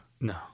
No